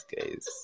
guys